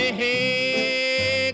hey